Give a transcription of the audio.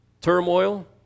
turmoil